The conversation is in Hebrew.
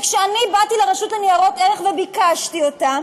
וכשאני באתי לרשות לניירות ערך וביקשתי ממנה,